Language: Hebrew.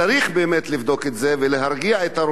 באמת לבדוק את זה ולהרגיע את הרוחות,